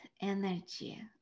energy